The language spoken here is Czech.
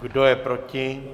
Kdo je proti?